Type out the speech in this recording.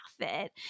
profit